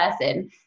person